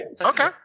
Okay